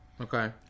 Okay